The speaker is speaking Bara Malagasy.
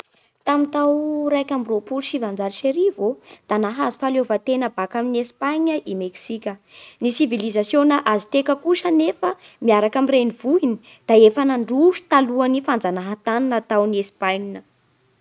Tamin'ny tao raika amby roapolo sy sivanjato sy arivo ô da nahazo fahaleovan-tena baka amin'i Espagne i Meksika. Ny sivilizasiôna azteka kosa anefa miaraka amin'ny renivohiny da efa nandroso talohan'ny fanjanahan-tany nataon'i Espagne.